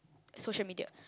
social media